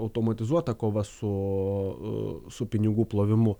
automatizuota kova su su pinigų plovimu